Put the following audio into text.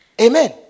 Amen